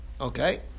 Okay